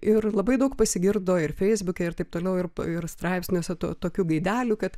ir labai daug pasigirdo ir feisbuke ir taip toliau ir ir straipsniuose tų tokių gaidelių kad